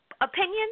opinion